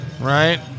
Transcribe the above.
Right